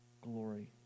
glory